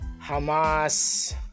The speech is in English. Hamas